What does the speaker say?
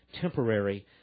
temporary